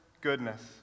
goodness